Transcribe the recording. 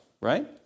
right